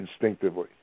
instinctively